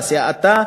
פסי האטה,